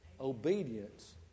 Obedience